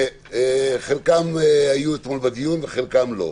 שחלקם היו אתמול בדיון וחלקם לא.